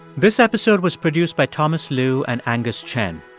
this episode was produced by thomas lu and angus chen.